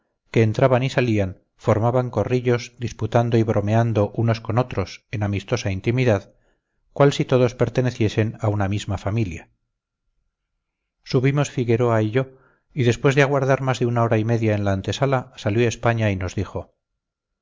que entraban y salían formaban corrillos disputando y bromeando unos con otros en amistosa intimidad cual si todos perteneciesen a una misma familia subimos figueroa y yo y después de aguardar más de una hora y media en la antesala salió españa y nos dijo